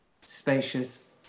spacious